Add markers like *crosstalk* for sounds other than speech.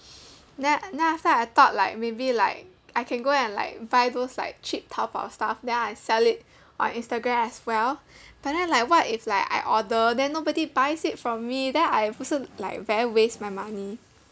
*noise* then then after that I thought like maybe like I can go and like buy those like cheap taobao stuff then I sell it on instagram as well but then like what if like I order then nobody buys it from me then I 不是 like very waste my money